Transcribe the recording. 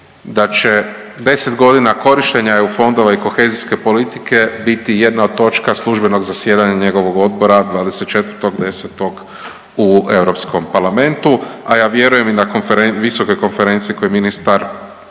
da će 10 godina korištenja EU fondova i kohezijske politike biti jedna od točka službenog zasjedanja njegovog odbora 24.10. u EP-u, a ja vjerujem i na .../nerazumljivo/... visoke konferencije koje ministar